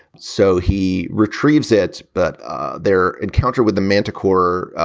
so he retrieves it. but ah their encounter with the manticore,